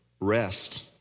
rest